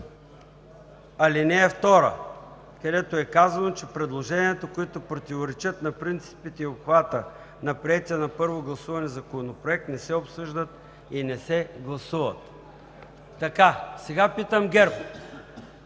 ал. 2, където е казано, че предложенията, които противоречат на принципите и обхвата на приетия на първо гласуване Законопроект, не се обсъждат и не се гласуват. Сега питам ГЕРБ: